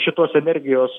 šitos energijos